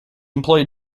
employed